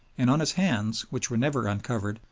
and on his hands, which were never uncovered,